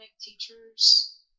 teachers